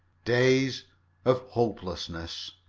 days of hopelessness